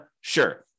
Sure